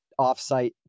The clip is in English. offsite